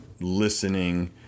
listening